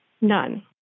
None